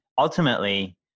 ultimately